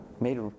made